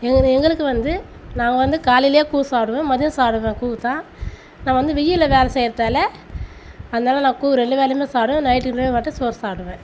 எங்கள் எங்களுக்கு வந்து நாங்கள் வந்து காலையிலேயே கூழ் சாப்பிடுவேன் மதியம் சாப்பிடுவேன் கூழ்தான் நான் வந்து வெயிலில் வேலை செய்கிறதால அதனால நான் கூழ் ரெண்டு வேளையும் சாப்பிடுவேன் நைட்டுக்கு மட்டும் சோறு சாப்பிடுவேன்